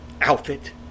outfit